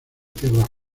tierras